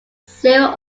zero